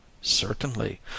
Certainly